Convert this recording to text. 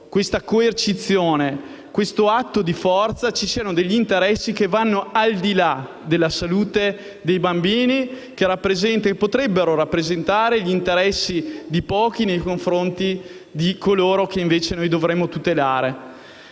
la coercizione, dietro un atto di forza, ci siano interessi che vanno al di là della salute dei bambini e che potrebbero rappresentare gli interessi di pochi nei confronti di coloro che, invece, dovremmo tutelare.